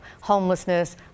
Homelessness